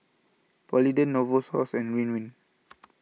Polident Novosource and Ridwind